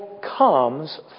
comes